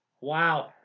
Wow